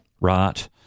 right